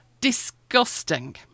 Disgusting